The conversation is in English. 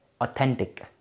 authentic